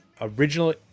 original